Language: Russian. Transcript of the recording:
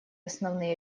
основные